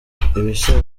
ibisa